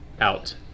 Out